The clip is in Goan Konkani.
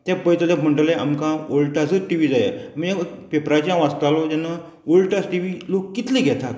ते पळयतले म्हणटले आमकां ओल्टासूच टी वी जाय म्हणजे पेपराचे हांव आसतालो जेन्ना ओल्डटास टी वी लोक कितले घेतात